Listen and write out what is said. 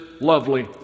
Lovely